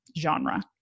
genre